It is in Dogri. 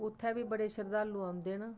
उत्थै बी बड़े शरदालु औंदे न